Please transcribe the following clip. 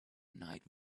night